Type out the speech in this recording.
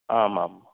आम् आम्